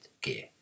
gear